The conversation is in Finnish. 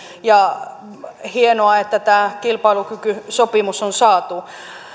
ja on hienoa että tämä kilpailukykysopimus on saatu